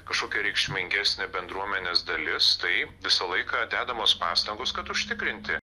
kažkokia reikšmingesnė bendruomenės dalis tai visą laiką dedamos pastangos kad užtikrinti